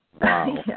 Wow